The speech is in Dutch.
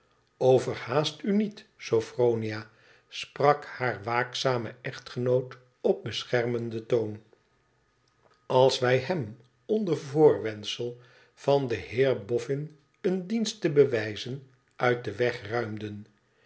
overhaast u niet sophronia sprak haar waakzame echtgenoot op beschermenden toon als wij hem onder voorwendsel van den heer boffin een dienst te bewijzen uit den weg ruimden